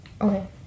Okay